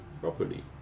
properly